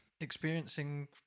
experiencing